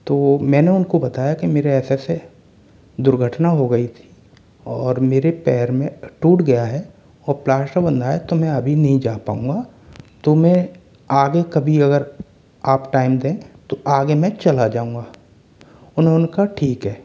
तो मेंने उनको बताया कि मेरे ऐसे से दुर्घटना हो गई थी और मेरे पैर में टूट गया है और प्लाश्टर बंधा है तो मैं अभी नहीं जा पाऊंगा तो मैं आगे कभी अगर आप टाइम दें तो आगे मैं चला जाऊँगा उन्होंने कहा ठीक है